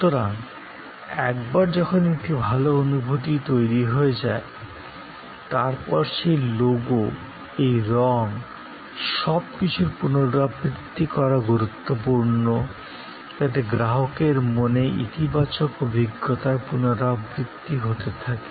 সুতরাং একবার যখন একটি ভাল অনুভূতি তৈরি হয়ে যায় তারপরে এই লোগো এই রঙ সব কিছুর পুনরাবৃত্তি করা গুরুত্বপূর্ণ যাতে গ্রাহকের মনে ইতিবাচক অভিজ্ঞতার পুনরাবৃত্তি হতে থাকে